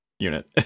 unit